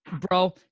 bro